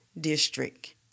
District